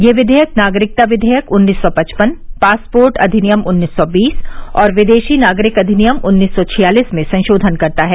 ये विघेयक नागरिकता विघेयक उन्नीस सौ पचपन पासपोर्ट अधिनियम उन्नीस सौ बीस और विदेशी नागरिक अधिनियम उन्नीस सौ छियालिस में संशोधन करता है